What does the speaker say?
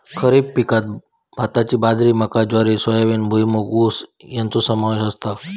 खरीप पिकांत भाताची बाजरी मका ज्वारी सोयाबीन भुईमूग ऊस याचो समावेश असता